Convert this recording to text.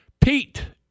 Pete